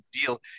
deal